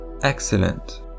Excellent